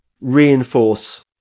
reinforce